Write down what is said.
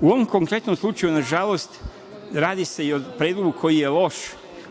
ovom konkretnom slučaju, nažalost, radi se i o Predlogu koji je loš.